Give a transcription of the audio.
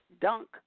dunk